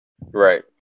right